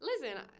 listen